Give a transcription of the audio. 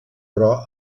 però